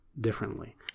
differently